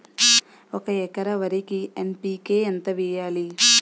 ఒక ఎకర వరికి ఎన్.పి.కే ఎంత వేయాలి?